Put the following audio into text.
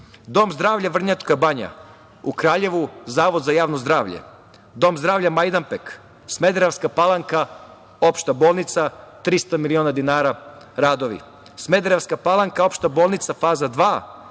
Dom zdravlja Vrnjačka banja, u Kraljevu Zavod za javno zdravlje, Dom zdravlja Majdanpek, Smederevska Palanka Opšta bolnica 300 miliona dinara radovi, Smederevska Palanka Opšta bolnica faza II